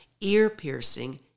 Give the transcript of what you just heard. ear-piercing